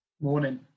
Morning